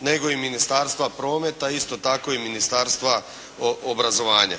nego i Ministarstva prometa isto tako i Ministarstva obrazovanja.